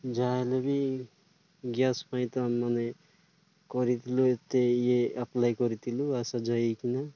ଯାହା ହେଲେ ବି ଗ୍ୟାସ୍ ପାଇଁ ତ ଆମେମାନେ କରିଥିଲୁ ଏତେ ଇଏ ଆପ୍ଲାଏ କରିଥିଲୁ ଆସା ଯାଆ ହେଇକିନା